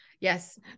Yes